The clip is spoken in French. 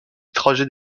trajets